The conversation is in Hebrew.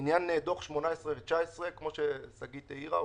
עניין דוח 18' ו-19' כמו שגית העירה,